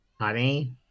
Honey –